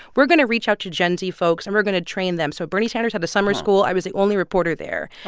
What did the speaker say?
we're going to reach out to gen z folks, and we're going to train them. so bernie sanders had the summer school. i was the only reporter there.